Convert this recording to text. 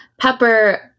Pepper